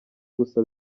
gusa